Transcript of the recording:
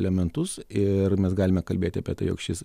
elementus ir mes galime kalbėti apie tai jog šis